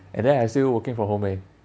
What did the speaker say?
and then I still working from home eh